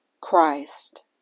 Christ